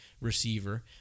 receiver